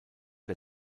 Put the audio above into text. der